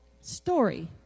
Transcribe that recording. story